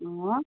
অঁ